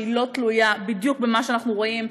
שהיא לא תלויה בדיוק במה שאנחנו רואים,